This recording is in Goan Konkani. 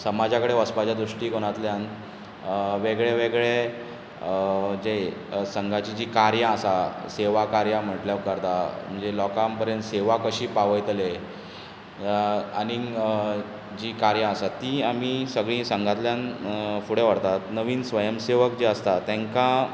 समाजा कडेन वचपाच्या दृश्टीकोणांतल्यान वेगळे वेगळे जे संघाची जीं कार्यां आसा सेवा कार्यां म्हटल्यार उपकारता म्हणजे लोकां पर्यंत सेवा कशी पावयतले आनीक जीं कार्यां आसा तीं आमी सगळीं संघांतल्यान फुडें व्हरतात नवीन स्वयं सेवक जे आसता तेंकां